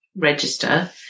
register